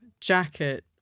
jacket